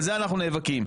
על זה אנחנו נאבקים.